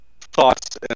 thoughts